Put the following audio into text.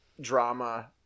drama